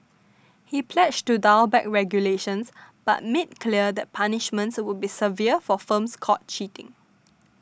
he pledged to dial back regulations but made clear that punishments would be severe for firms caught cheating